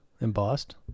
Embossed